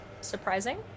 surprising